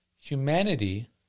Humanity